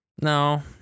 No